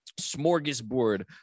smorgasbord